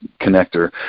connector